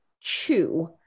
chew